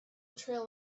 trail